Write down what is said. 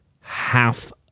half